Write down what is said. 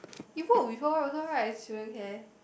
you work before also right student care